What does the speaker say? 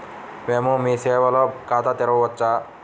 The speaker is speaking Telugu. మేము మీ సేవలో ఖాతా తెరవవచ్చా?